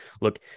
look